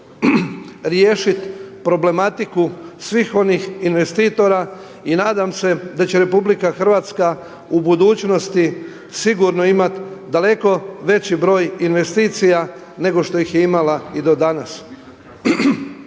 riješit problematiku svih onih investitora i nadam se da će RH u budućnosti sigurno imat daleko veći broj investicija nego što ih je imala i do danas.